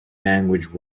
language